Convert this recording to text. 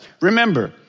Remember